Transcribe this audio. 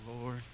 Lord